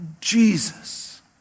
Jesus